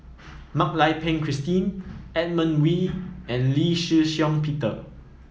Mak Lai Peng Christine Edmund Wee and Lee Shih Shiong Peter